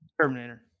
Terminator